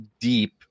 deep